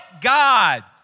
God